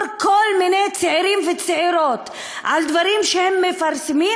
כל מיני צעירים וצעירות על דברים שהם מפרסמים,